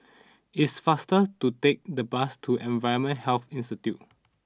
it is faster to take the bus to Environmental Health Institute